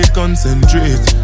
concentrate